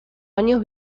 años